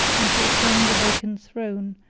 and to ascend the vacant throne,